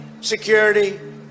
security